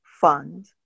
fund